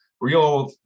real